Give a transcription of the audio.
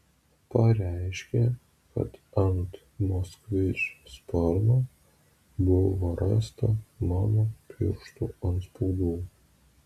pareiškė kad ant moskvič sparno buvo rasta mano pirštų atspaudų